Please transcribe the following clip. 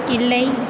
இல்லை